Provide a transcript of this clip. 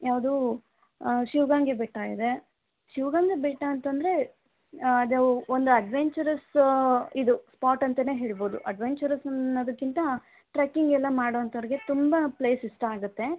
ಯಾವುದು ಶಿವಗಂಗೆ ಬೆಟ್ಟ ಇದೆ ಶಿವಗಂಗೆ ಬೆಟ್ಟ ಅಂತಂದರೆ ಅದು ಒಂದು ಅಡ್ವೆಂಚರಸ್ ಇದು ಸ್ಪಾಟ್ ಅಂತನೇ ಹೇಳ್ಬೋದು ಅಡ್ವೆಂಚರಸ್ ಅನ್ನೋದಕ್ಕಿಂತ ಟ್ರೆಕ್ಕಿಂಗ್ ಎಲ್ಲ ಮಾಡೊಂಥೋರ್ಗೆ ತುಂಬ ಪ್ಲೇಸ್ ಇಷ್ಟ ಆಗತ್ತೆ